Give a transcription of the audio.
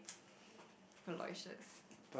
Aloysius